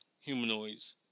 humanoids